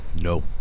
No